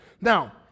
Now